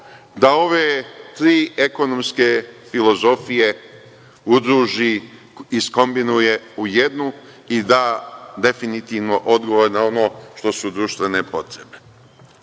da ove tri ekonomske filozofije udruži i iskombinuje u jednu i da definitvno odgovor na ono što su društvene potrebe. Iz